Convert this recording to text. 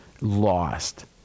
lost